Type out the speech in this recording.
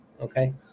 okay